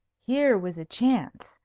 here was a chance,